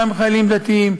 גם חיילים דתיים,